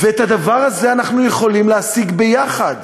ואת הדבר הזה אנחנו יכולים להשיג ביחד.